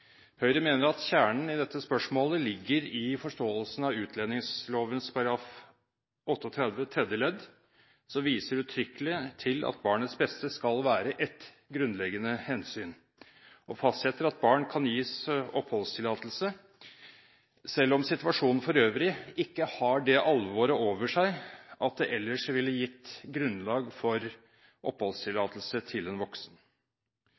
Høyre mener at kjernen i dette spørsmålet ligger i forståelsen av utlendingsloven § 38 tredje ledd, som viser uttrykkelig til at barnets beste skal være et grunnleggende hensyn, og fastsetter at barn kan gis oppholdstillatelse selv om situasjonen for øvrig ikke har det alvoret over seg at det ellers ville gitt grunnlag for oppholdstillatelse til en voksen.